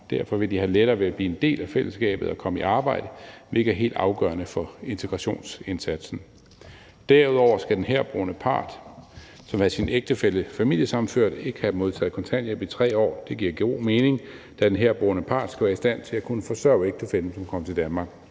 Derfor vil de have lettere ved at blive en del af fællesskabet og komme i arbejde, hvilket er helt afgørende for integrationsindsatsen. Derudover skal den herboende part, som vil have sin ægtefælle familiesammenført, ikke have modtaget kontanthjælp i 3 år. Det giver god mening, da den herboende part skal være i stand til at forsørge ægtefællen, som kommer til Danmark.